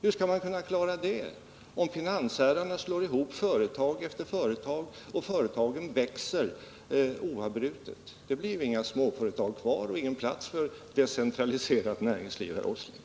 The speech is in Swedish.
Hur skall man kunna klara det, om finansherrarna slår ihop företag efter företag och företagen växer oavbrutet? Det blir ju då inga småföretag kvar och ingen plats för ett decentraliserat näringsliv, herr Åsling!